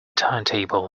timetable